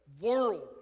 world